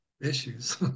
issues